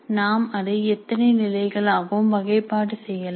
நாம் அதை எத்தனை நிலைகளாகவும் வகைப்பாடு செய்யலாம்